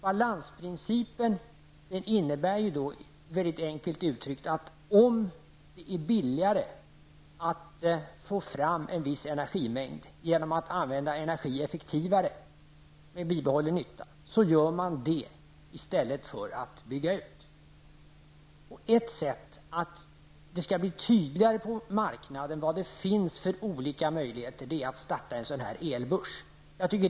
Balansprincipen innebär, väldigt enkelt uttryckt, att om det är billigare att få fram en viss energimängd genom att använda energi effektivare, med bibehållen nytta, gör man det i stället för att bygga ut produktionskapaciteten. Ett sätt att göra det tydligare på marknaden vilka olika möjligheter som finns är att starta en elbörs.